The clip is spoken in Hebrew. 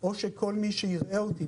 או שכל מי שיראה אותי,